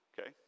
Okay